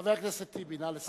חבר הכנסת טיבי, נא לסיים.